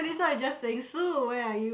this one is just saying Sue where are you